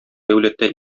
дәүләттә